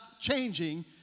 changing